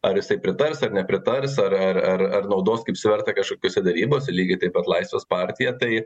ar jisai pritars ar nepritars ar ar ar ar naudos kaip svertą kažkokiose derybose lygiai taip pat laisvės partija tai